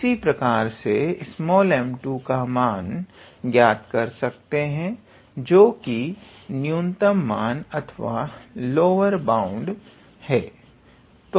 इसी प्रकार से हम 𝑚2 का मान ज्ञात कर सकते हैं जो कि न्यूनतम मान अथवा लोअर बाउंड है